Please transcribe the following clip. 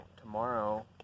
tomorrow